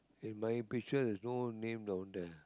in my pictures there's no name down there